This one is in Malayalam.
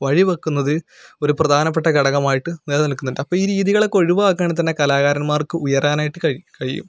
വഴിവയ്ക്കുന്നത് ഒരു പ്രധാനപ്പെട്ട ഘടകമായിട്ട് നിലനിൽക്കുന്നുണ്ട് അപ്പം ഈ രീതികളൊക്കെ ഒഴിവാക്കുകയാണെങ്കിൽ തന്നെ കലാകാരന്മാർക്ക് ഉയരാനായിട്ട് കഴിയും കഴിയും